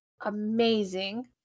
amazing